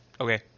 okay